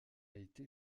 été